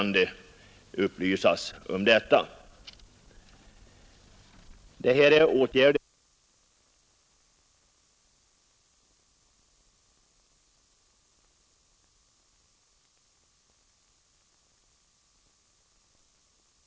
men det gar att åstadkomma ännu mera Jag vill säga att jag i stort sett är nöjd med jordbruksministerns svar, men iag hoppas att de ytterligare synpunkter som jag här anfört skall bli föremal för prövning.